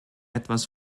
etwas